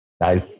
Nice